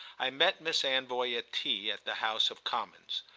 i met miss anvoy at tea at the house of commons.